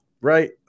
right